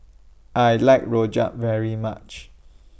I like Rojak very much